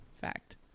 Fact